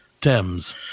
Thames